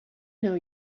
know